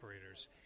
operators